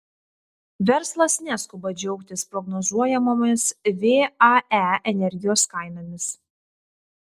verslas neskuba džiaugtis prognozuojamomis vae energijos kainomis